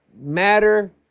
matter